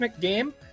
game